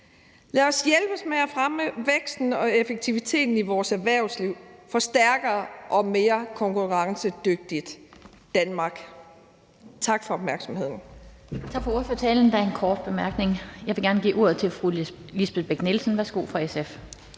Lad os hjælpes ad med at fremme væksten og effektiviteten i vores erhvervsliv for et stærkere og mere konkurrencedygtigt Danmark.